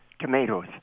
tomatoes